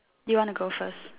you wanna go first